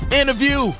interview